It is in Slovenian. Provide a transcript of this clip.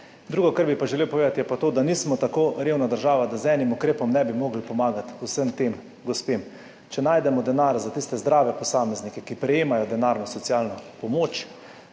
Drugo, kar bi pa želel povedati, je to, da nismo tako revna država, da z enim ukrepom ne bi mogli pomagati vsem tem gospem. Če najdemo denar za tiste zdrave posameznike, ki prejemajo denarno socialno pomoč,